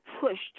pushed